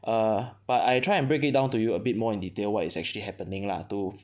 err but I try and break it down to you a bit more in detail what is actually happening lah to